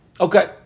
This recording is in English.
Okay